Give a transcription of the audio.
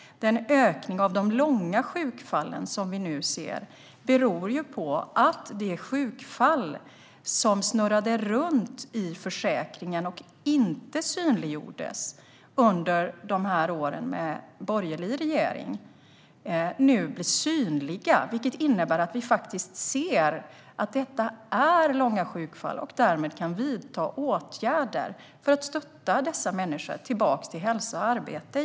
Den ökning av de långa sjukfallen som vi nu ser beror ju på att de sjukfallen snurrade runt i försäkringen och inte synliggjordes under åren med borgerlig regering. De blir nu synliga, vilket innebär att vi faktiskt ser att detta är långa sjukfall och därmed kan vidta åtgärder för att hjälpa dessa människor tillbaka till hälsa och arbete.